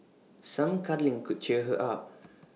some cuddling could cheer her up